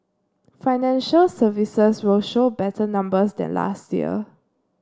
financial services will show better numbers than last year